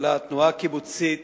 לתנועה הקיבוצית